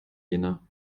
jena